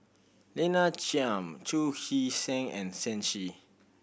Lina Chiam Chu Hee Seng and Shen Xi